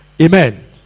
Amen